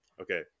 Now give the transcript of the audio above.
Okay